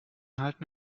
halten